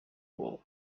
war